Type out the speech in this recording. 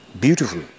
beautiful